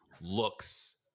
looks